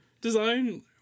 Design